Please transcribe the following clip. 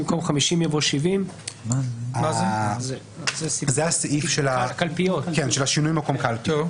במקום "50 "יבוא "70"; זה הסעיף שנוגע לשינוי מקום קלפי.